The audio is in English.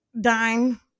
dime